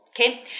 okay